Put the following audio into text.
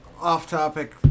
off-topic